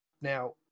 Now